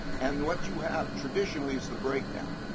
and what you have, traditionally, is the breakdown.